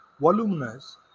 voluminous